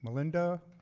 melinda?